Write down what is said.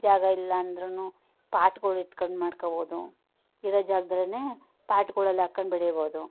ಜಾಗ ಇಲ್ಲ ಅಂದ್ರು ಪಾಟ್ಗಳ್ ಇಟ್ಕೊಂಡ್ ಮಾಡ್ಕೊಬೌದು ಇರೋ ಜಾಗದಲ್ಲೇ ಪಾಟ್ಗಳಲ್ ಹಾಕಂಡ್ ಬೆಳಿಬೋದು